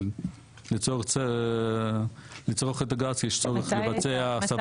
אבל לצרוך את הגז יש צורך לבצע הסבות.